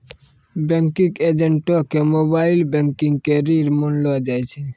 banking एजेंटो के mobile banking के रीढ़ मानलो जाय छै